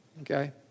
Okay